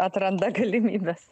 atranda galimybes